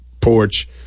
porch